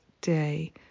day